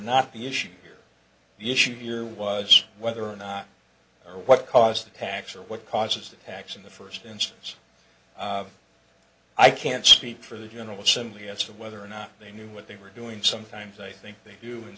not the issue here issue of year was whether or not or what caused the tax or what causes that action the first instance of i can't speak for the general assembly as to whether or not they knew what they were doing sometimes they think they do and